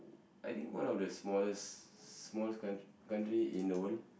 I think one of the smallest smallest country country in the world